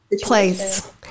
place